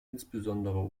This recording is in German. insbesondere